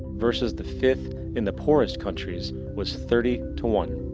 versus the fifth in the poorest countries was thirty to one.